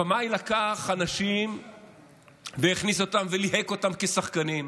הבמאי לקח אנשים והכניס אותם וליהק אותם כשחקנים,